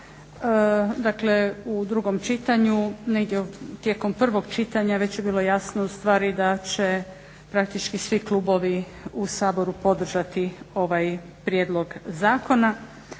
u drugom čitanju. Negdje tijekom prvog čitanja već je bilo jasno ustvari da će praktički svi klubovi u Saboru podržati ovaj prijedlog zakona.